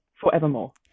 forevermore